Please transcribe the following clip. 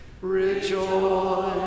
Rejoice